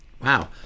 Wow